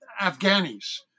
Afghanis